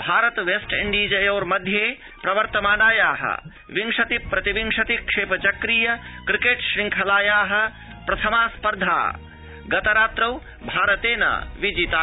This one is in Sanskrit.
भारत वेस्ट इण्डीजयोः मध्ये प्रवर्तमानायाः विंशति प्रतिविंशति क्षेपचक्रीय क्रिकेट श़ङ्खलायाः प्रथमा स्पर्धा गतरात्रौ भारतेन विजिता